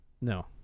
No